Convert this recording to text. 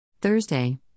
Thursday